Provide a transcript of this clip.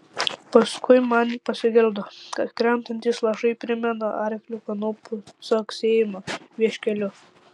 paskui man pasigirdo kad krentantys lašai primena arklio kanopų caksėjimą vieškeliu